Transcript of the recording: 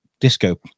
disco